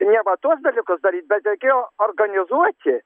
ne va tuos dalykus daryt bet reikėjo organizuoti